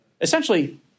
essentially